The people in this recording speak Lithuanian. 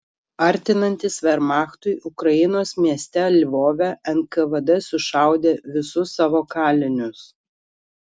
artinantis vermachtui ukrainos mieste lvove nkvd sušaudė visus savo kalinius